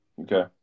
Okay